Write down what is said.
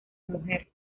mujer